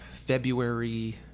february